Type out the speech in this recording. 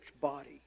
body